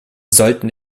sollten